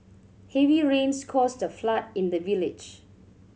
heavy rains caused a flood in the village